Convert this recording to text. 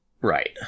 Right